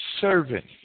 servant